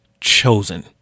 chosen